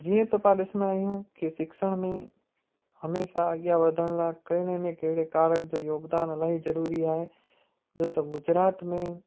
जीअं त पाण ॾिसंदा आहियूं कि शिक्षण में हमेशह अॻियां वधण लाइ कहिड़े न कहिड़े कारक जो योगदान अलाई ज़रूरी आहे जो त गुजरात में